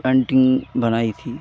painting बनाई थी